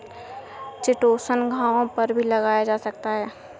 chitosan घावों पर भी लगाया जा सकता है